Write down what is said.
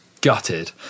gutted